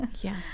Yes